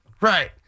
Right